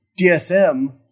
DSM